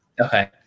Okay